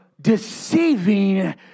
deceiving